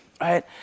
right